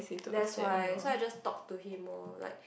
that's why so I just talked to him lor like